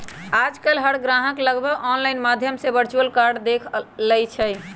आजकल हर ग्राहक लगभग ऑनलाइन माध्यम से वर्चुअल कार्ड देख लेई छई